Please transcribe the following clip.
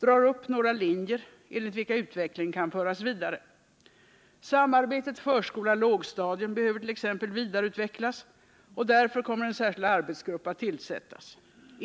och drar upp några linjer, enligt vilka utvecklingen kan föras vidare. Samarbetet förskola-lågstadium behöver t.ex. vidareutvecklas, och därför kommer en särskild arbetsgrupp att tillsättas.